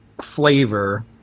flavor